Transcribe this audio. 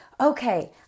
okay